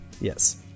yes